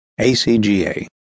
ACGA